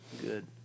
Good